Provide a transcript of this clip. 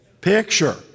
Picture